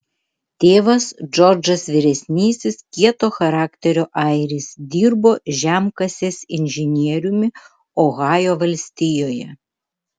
tėvas džordžas vyresnysis kieto charakterio airis dirbo žemkasės inžinieriumi ohajo valstijoje